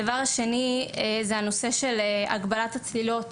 הדבר השני הוא הנושא של הגבלת הצלילות.